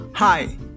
Hi